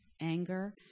anger